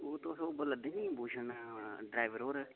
ओह् तुस ओह् बोल्लै दे नी भूशन ड्रैवर होर